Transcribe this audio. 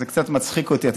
זה קצת מצחיק אותי.